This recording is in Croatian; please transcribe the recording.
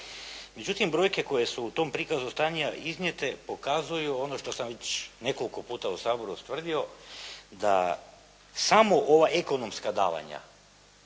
Međutim, brojke koje su u tom prikazu stanja iznijete pokazuju ono što sam već nekoliko puta u Saboru ustvrdio da samo ova ekonomska davanja